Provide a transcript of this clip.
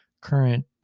Current